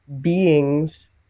beings